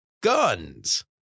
Guns